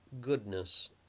goodness